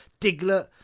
Diglett